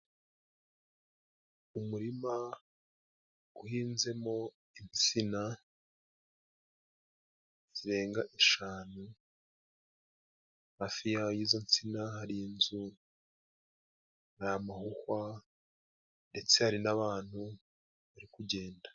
Umurima gwuhinzemo insina zirenga eshanu, hafi y'izo nsina hari inzu, hari amahuhwa, ndetse hari n'abantu bari kugenda.